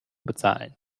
bezahlen